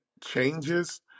changes